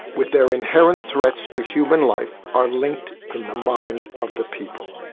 with their inherent threats to human life, are linked in the mind of the people.